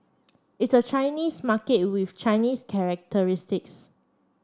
it's a Chinese market with Chinese characteristics